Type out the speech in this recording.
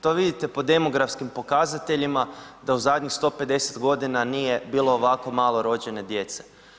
To vidite po demografskim pokazateljima, da u zadnjih 150 g. nije bilo ovako malo rođene djece.